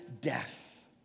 death